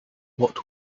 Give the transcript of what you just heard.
what